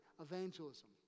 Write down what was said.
evangelism